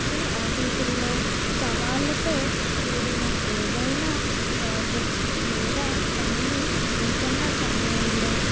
నేను ఆఫీసు ల్లో సవాళ్ళతో కూడిన ఏదైనా ప్రాజెక్ట్ లేదా పనిని ఎదుర్కొన్న సమయంలో